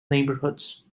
neighborhoods